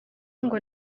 ngo